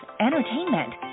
entertainment